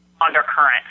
undercurrent